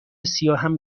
سیاهم